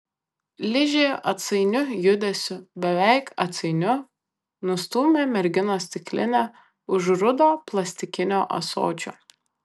ližė atsainiu judesiu beveik atsainiu nustūmė merginos stiklinę už rudo plastikinio ąsočio